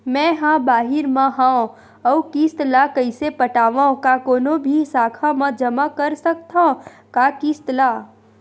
मैं हा बाहिर मा हाव आऊ किस्त ला कइसे पटावव, का कोनो भी शाखा मा जमा कर सकथव का किस्त ला?